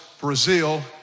Brazil